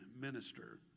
minister